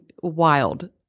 wild